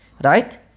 right